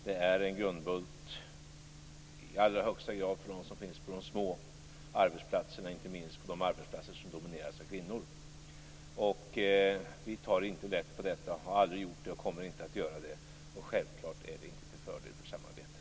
Det är en grundbult i allra högsta grad för dem som finns på de små arbetsplatserna, inte minst på de arbetsplatser som domineras av kvinnor. Vi tar inte lätt på detta. Vi har aldrig gjort det och kommer inte att göra det. Självfallet är det inte till fördel för samarbetet.